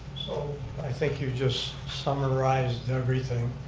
so i think you just summarized everything